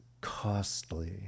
costly